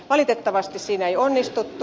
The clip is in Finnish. valitettavasti siinä ei onnistuttu